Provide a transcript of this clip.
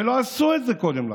ולא עשו את זה קודם לכן.